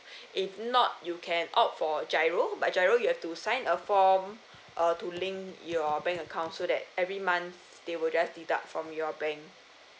if not you can opt for G_I_R_O but G_I_R_O you have to sign a form uh to link your bank account so that every month they will just deduct from your bank